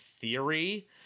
theory